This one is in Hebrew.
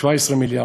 17 מיליארד,